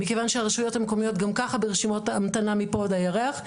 מכיוון שהרשויות המקומיות גם ככה ברשימות ההמתנה מפה עד הירח,